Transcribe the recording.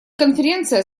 конференция